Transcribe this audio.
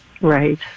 Right